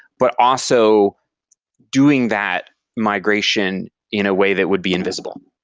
but also doing that migration in a way that would be invisible.